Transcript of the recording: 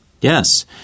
Yes